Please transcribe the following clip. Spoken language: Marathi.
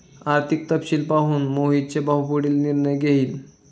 आर्थिक तपशील पाहून मोहितचा भाऊ पुढील निर्णय घेईल